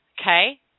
Okay